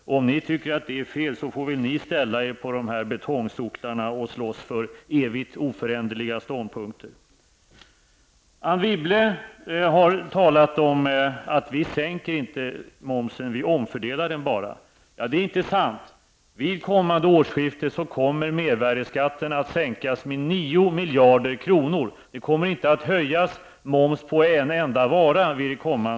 Om ni tycker att det är fel, får ni ställa er på betongsocklarna och slåss för evigt oföränderliga ståndpunkter. Anne Wibble sade att vi inte sänker momsen, utan att det bara är fråga om en omfördelning. Det är intressant. Vid nästa års skifte kommer mervärdeskatten att sänkas med 9 miljarder kronor. Momsen kommer inte att höjas på en enda vara.